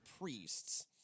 priests